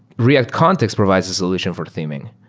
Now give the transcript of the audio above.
react context provides a solution for theming.